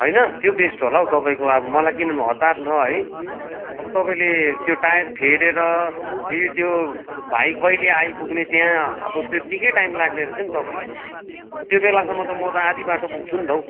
होइन त्यो बेस्ट होला हौ तपाईँको अब मलाई किनभने हतार छ है अब तपाईँले त्यो टायर फेरेर फेरि त्यो भाइ कहिले आइपुग्ने त्यहाँ अब तेत्तिकै टाइम लाग्ने रहेछ नि तपाईँलाई त्यो बेलासम्म त मो त आदि बाटो पुग्छु नि त हौ